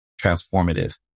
transformative